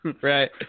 Right